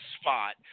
spot